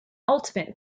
ultimate